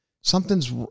something's